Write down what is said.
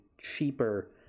cheaper